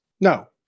No